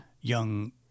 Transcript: young